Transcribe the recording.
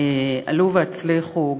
עלו והצליחו,